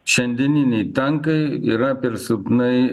šiandieniniai tankai yra per silpnai